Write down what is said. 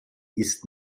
ist